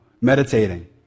meditating